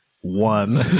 one